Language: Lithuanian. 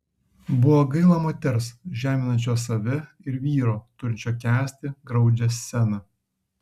buvo gaila moters žeminančios save ir vyro turinčio kęsti graudžią sceną